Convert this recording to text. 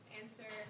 answer